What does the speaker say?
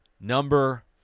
Number